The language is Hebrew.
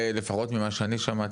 לפחות ממה שאני שמעתי,